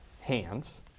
hands